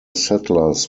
settlers